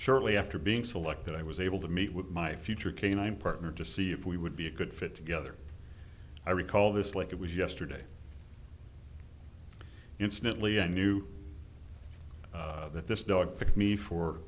shortly after being selected i was able to meet with my future canine partner to see if we would be a good fit together i recall this like it was yesterday instantly i knew that this dog picked me for